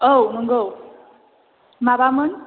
औ नंगौ माबामोन